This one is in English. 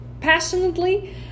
passionately